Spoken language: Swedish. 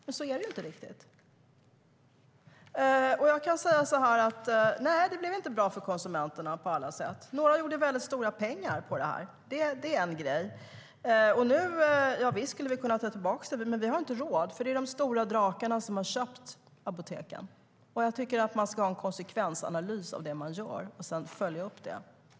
Men så är det inte riktigt. Det blev inte bra för konsumenterna på alla sätt. Några gjorde väldigt stora pengar på det. Det är en grej. Visst skulle vi kunna ta tillbaka det, men vi har inte råd. Det är de stora drakarna som har köpt apoteken. Jag tycker att man ska göra en konsekvensanalys av det man gör och sedan följa upp det.